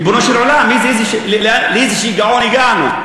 ריבונו של עולם, לאיזה שיגעון הגענו?